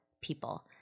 people